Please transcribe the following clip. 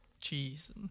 cheese